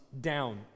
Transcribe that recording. down